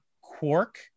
Quark